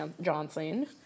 Johnson